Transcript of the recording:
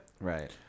right